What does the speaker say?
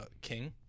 king